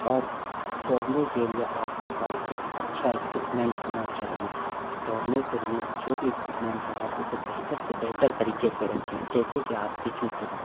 اور دوڑنے کے لیے آپ کے پاس ایک اچھا ایکوپمنٹ ہونا چاہیے دوڑنے سے ریلیٹڈ جو بھی ایکوپمنٹ ہو آپ اسے بہتر سے بہتر طریقے سے رکھیں جیسے کہ آپ کے جوتے